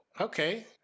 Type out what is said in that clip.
okay